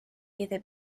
either